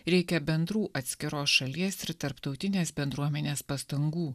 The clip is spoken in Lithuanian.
reikia bendrų atskiros šalies ir tarptautinės bendruomenės pastangų